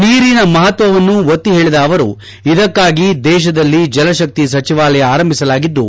ನೀರಿನ ಮಪತ್ವವನ್ನು ಒತ್ತಿ ಹೇಳಿದ ಅವರು ಇದಕ್ಕಾಗಿ ದೇಶದಲ್ಲಿ ಜಲಶಕ್ತಿ ಸಚಿವಾಲಯ ಆರಭಿಸಲಾಗಿದ್ದು